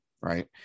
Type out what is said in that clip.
right